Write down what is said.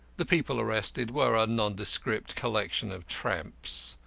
the people arrested were a nondescript collection of tramps.